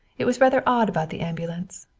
it was rather odd about the ambulance.